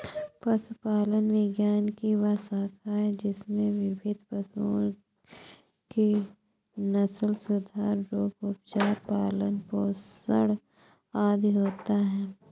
पशुपालन विज्ञान की वह शाखा है जिसमें विभिन्न पशुओं के नस्लसुधार, रोग, उपचार, पालन पोषण आदि होता है